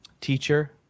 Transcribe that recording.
teacher